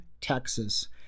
Texas